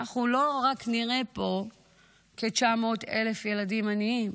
אנחנו לא רק נראה פה כ-900,000 ילדים עניים,